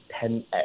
10x